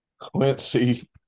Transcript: Quincy